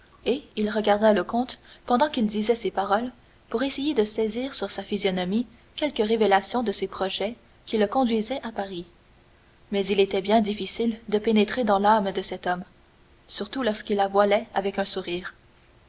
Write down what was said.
et il regarda le comte pendant qu'il disait ces paroles pour essayer de saisir sur sa physionomie quelque révélation de ces projets qui le conduisaient à paris mais il était bien difficile de pénétrer dans l'âme de cet homme surtout lorsqu'il la voilait avec un sourire